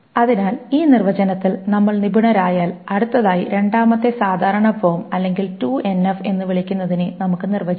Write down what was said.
അതിനാൽ ഈ നിർവ്വചനത്തിൽ നമ്മൾ നിപുണരായാൽ അടുത്തതായി രണ്ടാമത്തെ സാധാരണ ഫോം അല്ലെങ്കിൽ 2NF എന്ന് വിളിക്കുന്നതിനെ നമുക്ക് നിർവ്വചിക്കാം